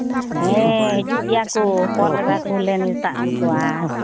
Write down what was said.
ᱦᱮᱸᱻ ᱦᱤᱡᱩᱜ ᱜᱮᱭᱟᱠᱚ ᱦᱚᱯᱚᱱ ᱮᱨᱟ ᱠᱚᱞᱮ ᱱᱮᱣᱛᱟ ᱟᱹᱜᱩᱠᱚᱣᱟ